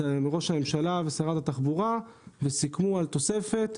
ראש הממשלה ושרת התחבורה וסיכמו על תוספת,